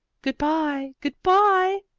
good-bye! good-bye!